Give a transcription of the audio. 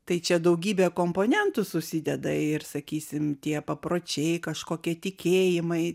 tai čia daugybė komponentų susideda ir sakysim tie papročiai kažkokie tikėjimai